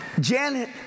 Janet